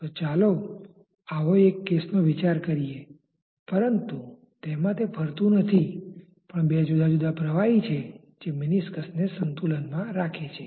તો ચાલો આવો એક કેસનો વિચાર કરીએ પરંતુ તેમા તે ફરતુ નથી પણ બે જુદા જુદા પ્રવાહી છે જે મેનિસ્કસને સંતુલનમાં રાખે છે